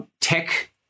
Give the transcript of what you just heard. tech